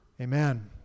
Amen